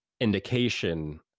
indication